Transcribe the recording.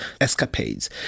escapades